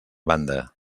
banda